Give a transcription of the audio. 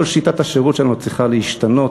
כל שיטת השירות שלנו צריכה להשתנות,